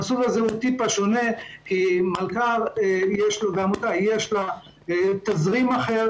המסלול הזה הוא קצת שונה כי למלכ"ר יש תזרים אחר